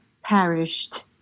perished